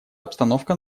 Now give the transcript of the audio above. обстановка